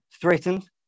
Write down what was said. threatened